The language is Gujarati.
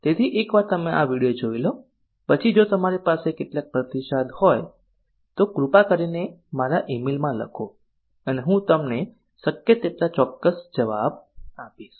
તેથી એકવાર તમે આ વિડીયો જોઈ લો પછી જો તમારી પાસે કેટલાક પ્રતિસાદ હોય તો કૃપા કરીને મારા ઈ મેલમાં લખો અને હું તમને શક્ય તેટલા ચોક્કસ જવાબ આપીશ